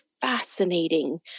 fascinating